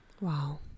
Wow